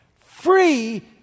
Free